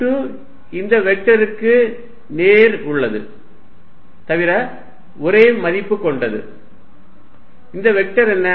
F2 இந்த வெக்டருக்கு நேராக உள்ளது தவிர ஒரே மதிப்பு கொண்டது இந்த வெக்டர் என்ன